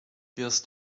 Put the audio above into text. wirst